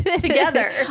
together